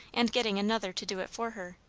and getting another to do it for her.